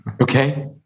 okay